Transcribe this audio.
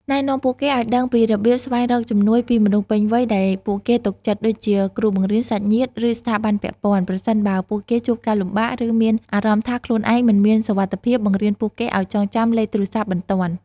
ណែនាំពួកគេឲ្យដឹងពីរបៀបស្វែងរកជំនួយពីមនុស្សពេញវ័យដែលពួកគេទុកចិត្ត ដូចជាគ្រូបង្រៀន សាច់ញាតិ ឬស្ថាប័នពាក់ព័ន្ធ ប្រសិនបើពួកគេជួបការលំបាក ឬមានអារម្មណ៍ថាខ្លួនឯងមិនមានសុវត្ថិភាព បង្រៀនពួកគេឲ្យចងចាំលេខទូរសព្ទបន្ទាន់។